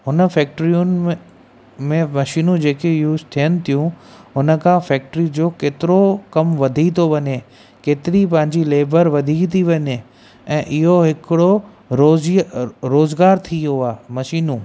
हुन फ़ैक्ट्रियुनि में में मशीनूं जेकी यूस थियन थियूं हुन खां फ़ैक्ट्री जो केतिरो कमु वधी थो वञे केतिरी पंहिंजी लेबर वधी थी वञे ऐं इहो हिकिड़ो रोज़ी रोज़गारु थी वियो आहे मशीनूं